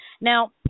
Now